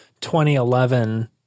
2011